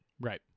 Right